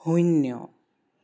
শূন্য